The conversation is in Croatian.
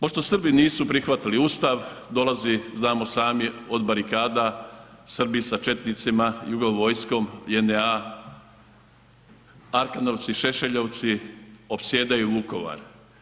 Pošto Srbi nisu prihvatili Ustav dolazi znamo sami od barikada Srbi sa četnicima jugo vojskom JNA-a arkanovci, šešeljovci opsjedaju Vukovar.